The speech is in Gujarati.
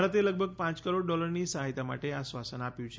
ભારતે લગભગ પાંચ કરોડ ડોલરની સહાયતા માટે આશ્વાસન આપ્યું છે